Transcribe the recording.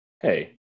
hey